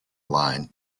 line